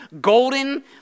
golden